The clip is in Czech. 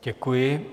Děkuji.